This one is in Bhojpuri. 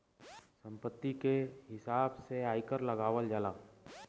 संपत्ति के हिसाब से आयकर लगावल जाला